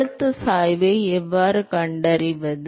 அழுத்தச் சாய்வை எவ்வாறு கண்டறிவது